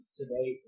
today